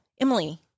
Emily